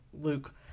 Luke